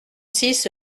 six